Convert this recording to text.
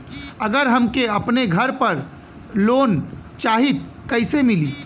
अगर हमके अपने घर पर लोंन चाहीत कईसे मिली?